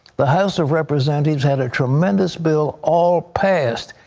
the house of representatives had a tremendous bill all passed,